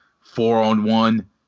four-on-one